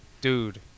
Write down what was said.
dude